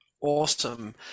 awesome